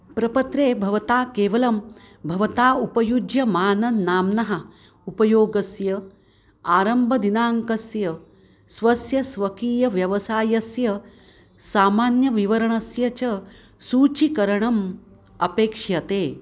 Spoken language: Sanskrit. प्रपत्रे भवता केवलं भवता उपयुज्यमानन्नाम्नः उपयोगस्य आरम्भदिनाङ्कस्य स्वस्य स्वकीयव्यवसायस्य सामान्यविवरणस्य च सूचीकरणम् अपेक्ष्यते